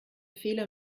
fehler